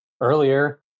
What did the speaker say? earlier